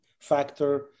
factor